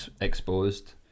exposed